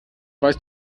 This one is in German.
weißt